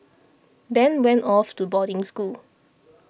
Ben went off to boarding school